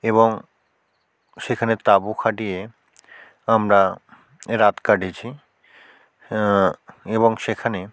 এবং সেখানে তাঁবু খাটিয়ে আমরা রাত কাটিয়েছি এবং সেখানে